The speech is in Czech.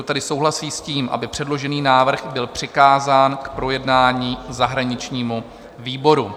Kdo tedy souhlasí s tím, aby předložený návrh byl přikázán k projednání zahraničnímu výboru?